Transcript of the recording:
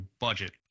budget